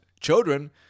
children